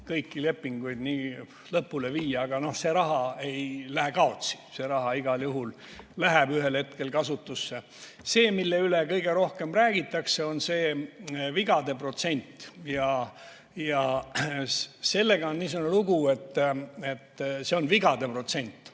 kõiki lepinguid lõpule viia, aga see raha ei lähe kaotsi, see raha igal juhul läheb ühel hetkel kasutusse. Kõige rohkem räägitakse aga vigade protsendist. Ja sellega on niisugune lugu, et see on vigade protsent,